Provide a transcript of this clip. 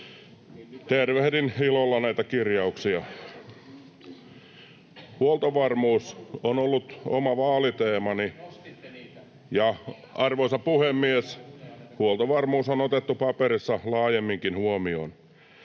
Tervehdin ilolla näitä kirjauksia. Huoltovarmuus on ollut oma vaaliteemani, ja — arvoisa puhemies — huoltovarmuus on otettu paperissa laajemminkin huomioon.